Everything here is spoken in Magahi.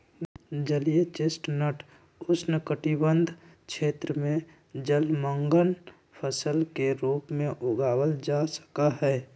जलीय चेस्टनट उष्णकटिबंध क्षेत्र में जलमंग्न फसल के रूप में उगावल जा सका हई